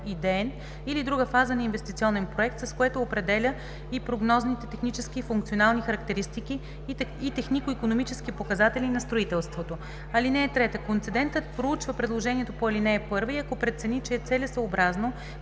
или друга фаза на инвестиционен проект, с което определя и прогнозните технически и функционални характеристики и технико-икономически показатели на строителството. (3) Концедентът проучва предложението по ал. 1 и ако прецени, че е целесъобразно,